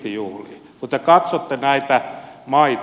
kun te katsotte näitä maita